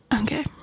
Okay